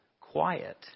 quiet